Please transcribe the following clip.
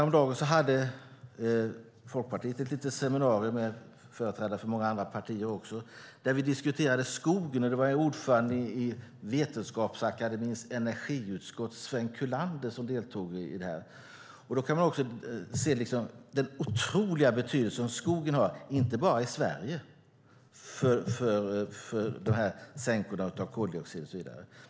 Häromdagen hade Folkpartiet ett litet seminarium där vi diskuterade skogen tillsammans med företrädare för många andra partier. Ordföranden i Vetenskapsakademiens energiutskott Sven Kullander deltog. Man kan se den otroliga betydelse som skogen har, inte bara i Sverige, för koldioxidsänkorna och så vidare.